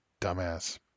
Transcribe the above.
dumbass